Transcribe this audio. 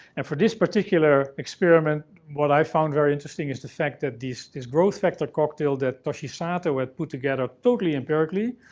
and for this particular experiment, what i found very interesting is the fact that this growth factor cocktail that toshi sato had put together totally empirically.